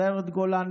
סיירת גולני,